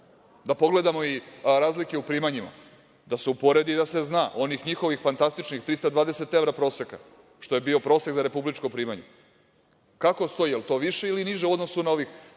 pogledamo i razlike u primanjima, da se uporedi i da se zna, onih njihovih fantastičnih 320 evra proseka, što je bio prosek za republičko primanje, kako stoji? Jel to više ili niže u odnosu na ovih